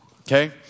Okay